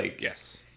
Yes